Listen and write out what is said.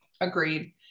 agreed